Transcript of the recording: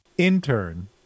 Intern